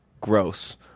Gross